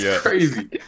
crazy